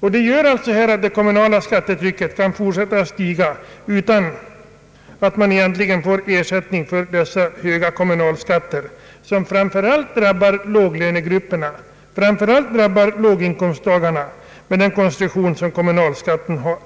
Det gör att det kommunala skattetrycket kan fortsätta att stiga, utan att kommuninvånnarna egentligen får ersättning för de höga kommunalskatter, som framför allt drabbar just låglönegrupperna med den konstruktion som kommunalskatten har.